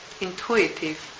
intuitive